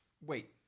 wait